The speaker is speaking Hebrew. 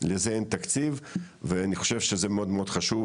לזה את תקציב ואני חושב שזה מאוד מאוד חשוב,